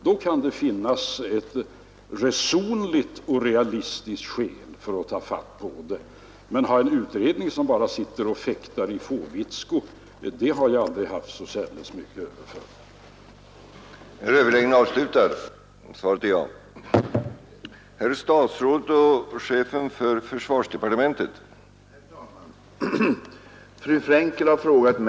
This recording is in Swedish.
Därmed kan det finnas ett resonligt och realistiskt skäl för att gripa sig an med problemet. Men att ha en utredning som bara fäktar i fåvitsko har jag aldrig haft särskilt mycket till övers för.